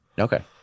Okay